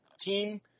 team